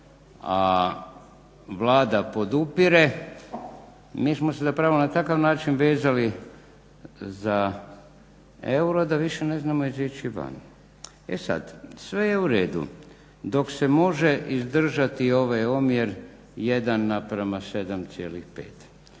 a Vlada podupire mi smo se u pravilu za takav način vezali za euro da više ne znamo izići van. E sad, sve je u redu dok se može izdržati ovaj 1:7,5